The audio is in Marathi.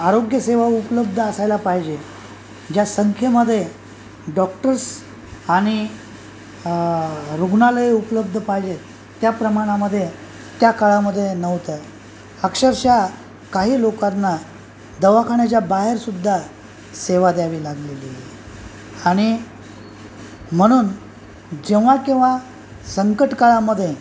आरोग्यसेवा उपलब्ध असायला पाहिजे ज्या संख्येमध्ये डॉक्टर्स आणि रुग्णालय उपलब्ध पाहिजेत त्या प्रमाणामध्ये त्या काळामध्ये नव्हतं आहे अक्षरशः काही लोकांना दवाखान्याच्या बाहेरसुद्धा सेवा द्यावी लागलेली आणि म्हणून जेव्हा केव्हा संकट काळामध्ये